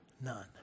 none